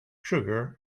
sugar